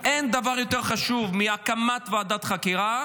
אין דבר יותר חשוב מהקמת ועדת חקירה